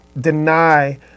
deny